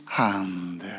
hand